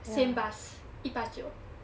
same bus 一八九